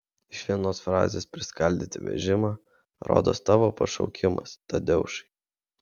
iš vienos frazės priskaldyti vežimą rodos tavo pašaukimas tadeušai